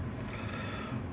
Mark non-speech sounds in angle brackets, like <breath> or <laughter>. <breath>